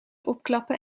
opklappen